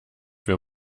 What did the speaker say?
wir